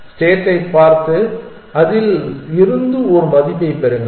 ஸ்டேட்டைப் பார்த்து அதில் இருந்து ஒரு மதிப்பைப் பெறுங்கள்